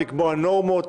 לקבוע נורמות,